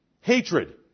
Hatred